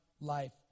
life